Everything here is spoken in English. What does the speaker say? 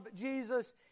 Jesus